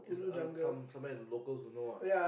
just uh some somewhere the locals don't know ah